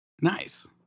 Nice